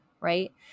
right